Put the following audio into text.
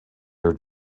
are